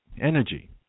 energy